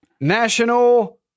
national